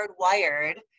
hardwired